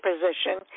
position